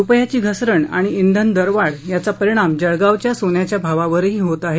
रुपयाची घसरण आणि इंधना दरवाढ यांचा परिणाम जळगावच्या सोन्याच्या भावावरही होत आहे